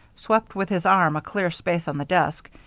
swept with his arm clear space on the desk,